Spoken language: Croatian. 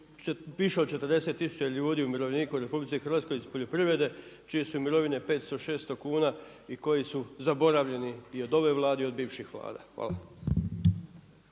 više od 40000 ljudi, umirovljenika u RH iz poljoprivrede čije su mirovine 500, 600 kuna i koji su zaboravljeni i od ove Vlade i od bivših Vlada. Hvala.